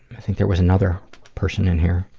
i think there was another person in here,